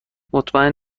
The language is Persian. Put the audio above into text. مطمئن